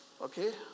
okay